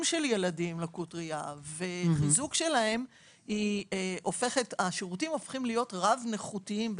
ילדים עם לקות ראייה וחיזוקם השירותים הופכים להיות רב נכותיים,